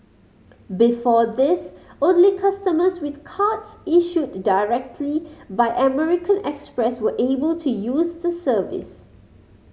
before this only customers with cards issued directly by American Express were able to use the service